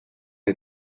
què